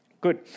Good